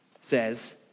says